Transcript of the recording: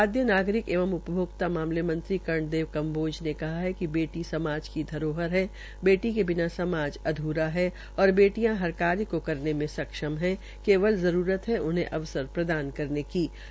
खाद्यनागरिक एवं उपभोग मामले मंत्री कर्ण देव कम्बोज ने कहा है कि बेटी समाज की धरोह है बेटी के बिना समाज अध्रा है और बेटियां हर कार्य को करने में सक्षम है केवल जरूरत है उन्हें अवसर प्रदान करने की है